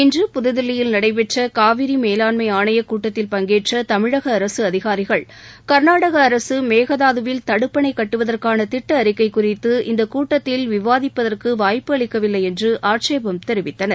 இன்று புதுதில்லியில் நடைபெற்ற காவிரி மேலாண்மை ஆணையக் கூட்டத்தில் பங்கேற்ற தமிழக அரசு அதிகாரிகள் கர்நாடக அரசு மேகதாதுவில் தடுப்பணை கட்டுவதற்கான திட்ட அறிக்கை குறித்து இந்த கூட்டத்தில் விவாதிப்பதற்கு வாய்ப்பு அளிக்கவில்லை என்று ஆட்சேபம் தெரிவித்தனர்